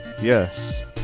yes